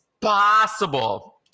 possible